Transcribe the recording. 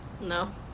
No